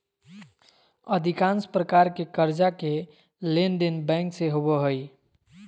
अधिकांश प्रकार के कर्जा के लेनदेन बैंक से होबो हइ